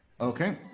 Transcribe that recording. okay